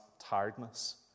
tiredness